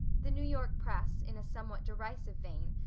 the new york press, in a somewhat derisive vein,